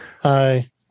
Hi